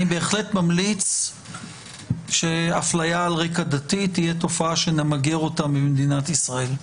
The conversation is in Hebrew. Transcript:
אני בהחלט ממליץ שהפליה על רקע דתי תהיה תופעה שנמגר ממדינת ישראל.